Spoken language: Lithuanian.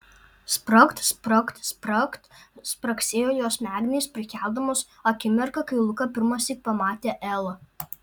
spragt spragt spragt spragsėjo jos smegenys prikeldamos akimirką kai luka pirmąsyk pamatė elą